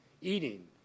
Eating